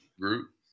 group